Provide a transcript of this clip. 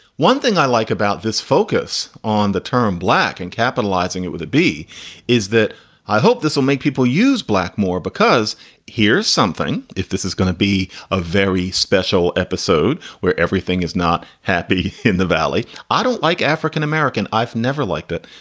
one thing i like about this focus on the term black and capitalizing it with a b is that i hope this will make people use black more. because here's something. if this is going to be a very special episode where everything is not happy in the valley. i don't like african-american. i've never liked it.